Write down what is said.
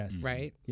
right